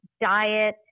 diet